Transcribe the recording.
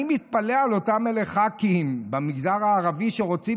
אני מתפלא על אותם ח"כים במגזר הערבי שרוצים